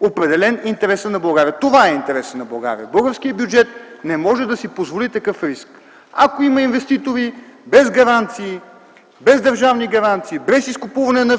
определен интересът на България. Това е интересът на България – българският бюджет не може да си позволи такъв риск. Ако има инвеститори – без гаранции, без държавни гаранции, без изкупуване на